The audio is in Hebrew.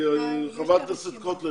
חברת הכנסת קוטלר